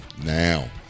now